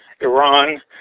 Iran